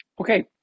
Okay